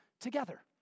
together